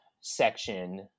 section